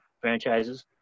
franchises